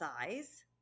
size